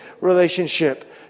relationship